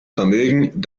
vermögen